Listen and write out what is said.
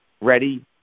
ready